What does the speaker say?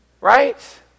Right